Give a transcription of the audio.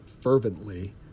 fervently